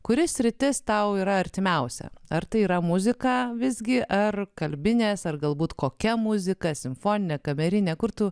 kuri sritis tau yra artimiausia ar tai yra muzika visgi ar kalbinės ar galbūt kokia muzika simfonine kamerine kur tu